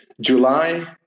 July